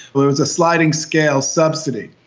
but it was a sliding scale subsidy.